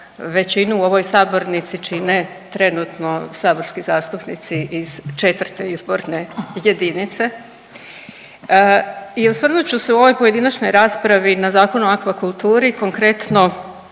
većinu u ovoj sabornici čine trenutno saborski zastupnici iz 4. izborne jedinice. I osvrnut ću se u ovoj pojedinačnoj raspravi na Zakon o akvakulturi i konkretno